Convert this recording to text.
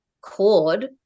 cord